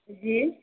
جی